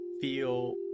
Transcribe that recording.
feel